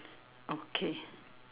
okay